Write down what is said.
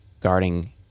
guarding